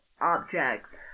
objects